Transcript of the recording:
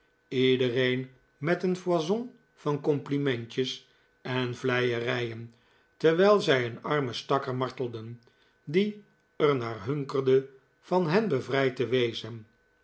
iedereen met een foison van complimentjes en vleierijen terwijl zij een arme stakker martelden die er naar hunkerde van hen bevrijd te wezen